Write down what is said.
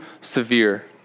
severe